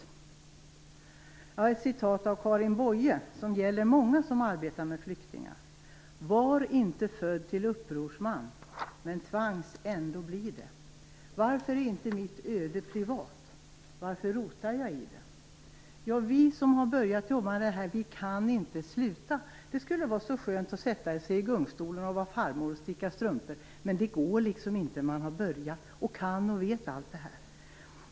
Jag har ett citat av Karin Boye, som gäller många som jobbar med flyktingar: Var inte född till upprorsman men tvangs ändå bli det. Varför är inte mitt öde privat? Varför rotar jag i det? Vi som har börjat jobba med det här kan inte sluta. Det skulle vara så skönt att sätta sig i gungstolen och vara farmor och sticka strumpor, men det går liksom inte när man har börjat, och när man kan och vet om allt det här.